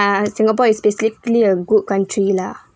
ah singapore is basically a good country lah